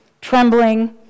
trembling